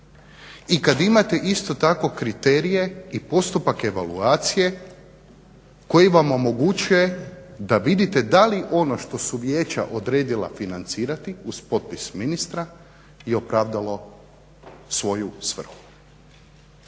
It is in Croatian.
i kad imate isto tako kriterije i postupak evaluacije koji vam omogućuje da vidite da li ono što su vijeća odredila financirati uz potpis ministra i opravdalo svoju svrhu.